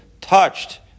touched